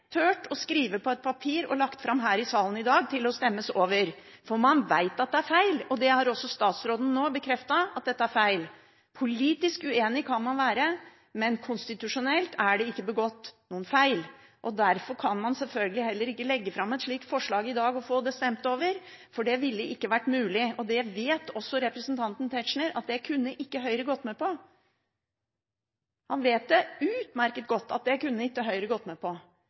tort å skrive på et papir og legge fram her i salen i dag for å stemme over. Man vet at det er feil, og nå har også statsråden bekreftet at det er feil. Politisk uenig kan man være, men konstitusjonelt er det ikke begått noen feil. Derfor kan man selvfølgelig heller ikke legge fram et slikt forslag i dag for å få det stemt over, for det ville ikke vært mulig. Det vet også representanten Tetzschner at Høyre ikke kunne gått med på. Han vet utmerket godt at det kunne ikke Høyre gått med på